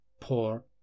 poor